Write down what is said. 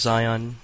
Zion